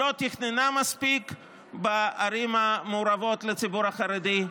לא תכננה מספיק בערים המעורבות לציבור החרדי,